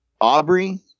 Aubrey